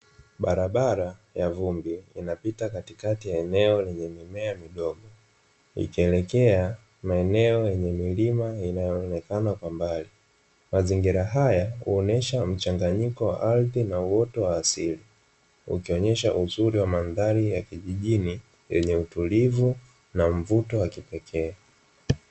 Barabara ya vumbi inapita katikati ya eneo lenye mimea midogo. Ikielekea maeneo yenye milima inayoonekana kwa mbali. Mazingira haya huonyesha mchanganyiko wa ardhi na uoto wa asili. Ukionyesha uzuri wa mandhari ya kijijini, yenye utulivu na mvuto wa kipekee.